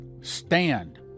stand